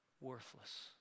worthless